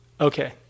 Okay